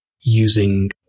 using